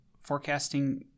forecasting